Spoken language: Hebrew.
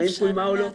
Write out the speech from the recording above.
האם קוימה או לא.